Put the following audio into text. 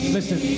Listen